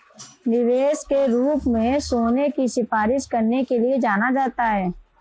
निवेश के रूप में सोने की सिफारिश करने के लिए जाना जाता है